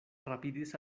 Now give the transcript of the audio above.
rapidis